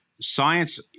Science